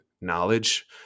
knowledge